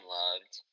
loved